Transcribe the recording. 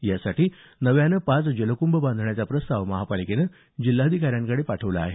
यासाठी नव्यानं पाच जलक्भ बांधण्याचा प्रस्ताव महापालिकेनं जिल्हाधिकाऱ्यांकडे पाठवण्यात आला आहे